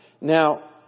Now